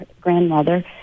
grandmother